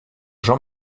jean